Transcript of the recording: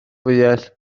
fwyell